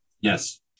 yes